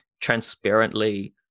transparently